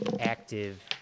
active